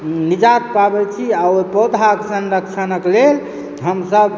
निजात पाबैत छी आ ओ पौधाक संरक्षणक लेल हमसभ